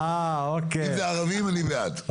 אם זה ערבים אני בעד.